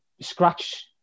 scratch